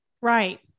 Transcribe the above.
Right